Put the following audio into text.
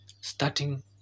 Starting